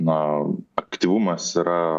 na aktyvumas yra